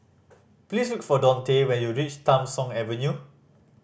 please look for Dontae when you reach Tham Soong Avenue